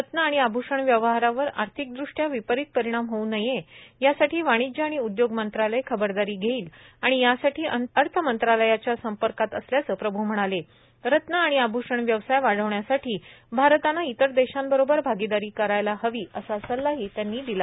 रत्न आणि आभ्षण व्यवहारावर आर्थिकृश्टया विपरीत परिणाम होऊ नये यासाठी वाणिज्य आणि उद्योग मंत्रालय खबरदारी घेईल आणि यासाठी अर्थमंत्र्न्यालयाच्या संपर्कात असल्याचं प्रभू म्हणाले रत्न आणि आभूशण व्यवसाय वाढवण्यासाठी आरतानं इतर देषांबरोबर आगीदारी करायला हवी असा सल्लाही त्यांनी दिला